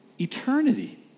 Eternity